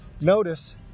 Notice